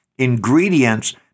ingredients